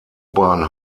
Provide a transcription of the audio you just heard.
bahn